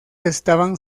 estaban